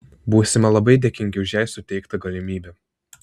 būsime labai dėkingi už jai suteiktą galimybę